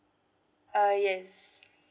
uh yes